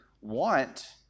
want